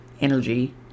energy